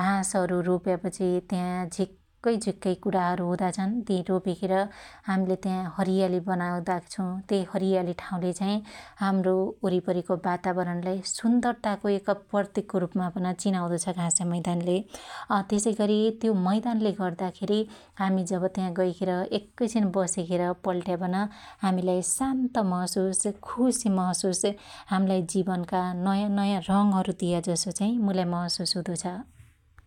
घासहरु रोप्यापछि त्या झिक्कै झिक्कै कुराहरु हुदाछन् ति रोपिखेर हाम्ले त्या हरीयाली बनाउदा छु, त्यइ हरीयाली ठाँउले चाइ हाम्रो वरीपरीको ठाँउलाई सुन्दरताको एक प्रतिकको रुपमा पन चिनाउदो छ घास्यामैदानले । तेसैगरी त्यो मैदानले गर्दाखेरी हामि जब त्या गैखेर एक्कै छीन बसिखेर पल्ट्यापन हामीलाई शान्त महशुस, खुशी महशुस, हाम्लाई जीवनका नँया नँया रंगहरु दिया जसो चाई मुलाई महशुस हुदो छ ।